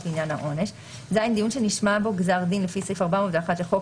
לעניין העונש; (ז) דיון שנשמע בו גזר דיון לפי סעיף 701 לחוק